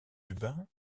lubin